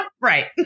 right